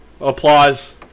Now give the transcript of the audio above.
applause